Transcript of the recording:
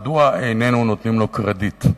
מדוע איננו נותנים לו קרדיט.